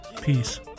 Peace